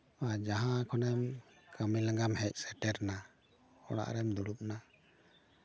ᱟᱨ ᱡᱟᱦᱟᱸ ᱠᱷᱚᱱᱮᱢ ᱠᱟᱹᱢᱤ ᱞᱟᱸᱜᱟᱢ ᱦᱮᱡ ᱥᱮᱴᱮᱨᱱᱟ ᱚᱲᱟᱜ ᱨᱮᱢ ᱫᱩᱲᱩᱵ ᱱᱟ